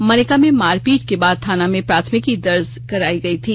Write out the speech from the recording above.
मनिका में मारपीट के बाद थाना में प्राथमिकी दर्ज करायी गई थी